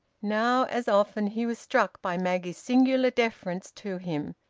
now, as often, he was struck by maggie's singular deference to him,